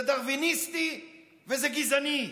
זה דרוויניסטי וזה גזעני,